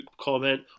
comment